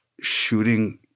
shooting